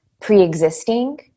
pre-existing